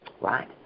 Right